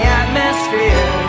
atmosphere